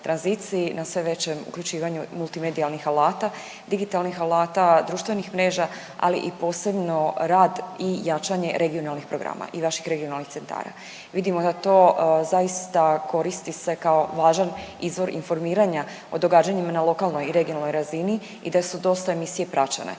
na sve većem uključivanju multimedijalnih alata, digitalnih alata, društvenih mreža, ali i posebno rad i jačanje regionalnih programa i vaših regionalnih centara. Vidimo da to zaista koristi se kao važan izvor informiranja o događanjima na lokalnoj i regionalnoj razini i da su dosta emisije praćene,